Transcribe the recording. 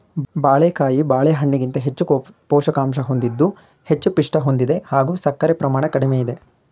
ಬಾಳೆಕಾಯಿ ಬಾಳೆಹಣ್ಣಿಗಿಂತ ಹೆಚ್ಚು ಪೋಷಕಾಂಶ ಹೊಂದಿದ್ದು ಹೆಚ್ಚು ಪಿಷ್ಟ ಹೊಂದಿದೆ ಹಾಗೂ ಸಕ್ಕರೆ ಪ್ರಮಾಣ ಕಡಿಮೆ ಇದೆ